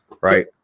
right